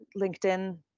LinkedIn